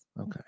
Okay